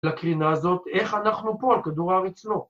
‫לקרינה הזאת, ‫איך אנחנו פה על כדור הארץ לא.